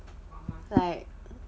like